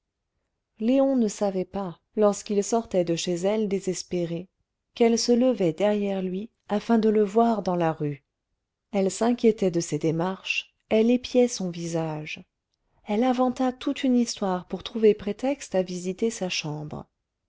léon ne savait pas lorsqu'il sortait de chez elle désespéré qu'elle se levait derrière lui afin de le voir dans la rue elle s'inquiétait de ses démarches elle épiait son visage elle inventa toute une histoire pour trouver prétexte à visiter sa chambre